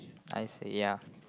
I see ya